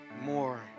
more